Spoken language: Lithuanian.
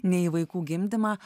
nei į vaikų gimdymą